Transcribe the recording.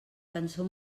cançó